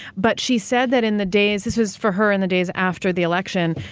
but she said that in the days, this was for her in the days after the election,